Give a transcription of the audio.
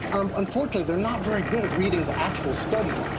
um unfortunately, they're not very good at reading the actual studies.